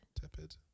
Tepid